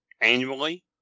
annually